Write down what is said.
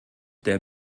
der